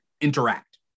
interact